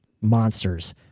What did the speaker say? monsters